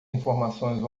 informações